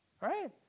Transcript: Right